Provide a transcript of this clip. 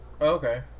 Okay